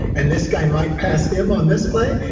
and this guy might pass him on this play,